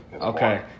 Okay